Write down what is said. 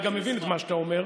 ואני גם מבין את מה שאתה אומר.